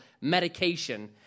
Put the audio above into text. medication